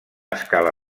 escala